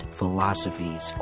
philosophies